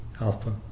Alpha